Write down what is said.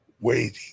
waiting